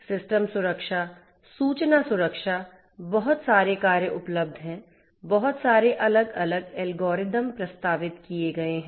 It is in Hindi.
सिस्टम सुरक्षा सूचना सुरक्षा बहुत सारे कार्य उपलब्ध हैं बहुत सारे अलग अलग एल्गोरिदम प्रस्तावित किए गए हैं